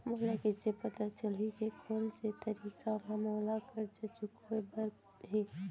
मोला कइसे पता चलही के कोन से तारीक म मोला करजा चुकोय बर हे?